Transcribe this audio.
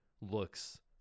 looks